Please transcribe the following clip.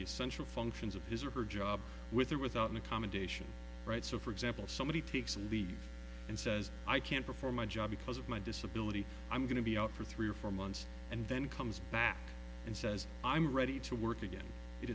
essential functions of his or her job with or without an accommodation right so for example somebody takes a leave and says i can't perform my job because of my disability i'm going to be out for three or four months and then comes back and says i'm ready to work again it